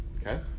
okay